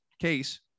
case